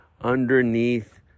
Underneath